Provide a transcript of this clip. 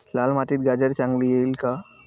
लाल मातीत गाजर चांगले येईल का?